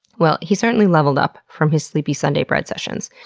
well, he certainly leveled up from his sleepy sunday bread sessions.